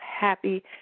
happy